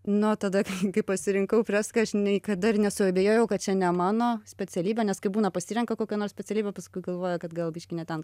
nuo tada kai pasirinkau freską aš nei kada ir nesuabejojau kad čia ne mano specialybė nes kai būna pasirenka kokią nors specialybę paskui galvoja kad gal biškį ne ten